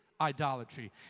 idolatry